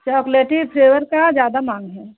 chocolaty flavour का ज़्यादा माँग है